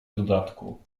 dodatku